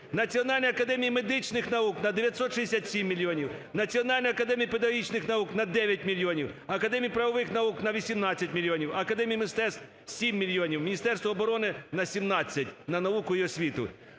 Національній академії медичних наук – на 967 мільйонів, Національній академії педагогічних наук – на 9 мільйонів, Академії правових наук – на 18 мільйонів, а Академії мистецтв – 7 мільйонів, Міністерству оборони – на 17 (на науку і освіту).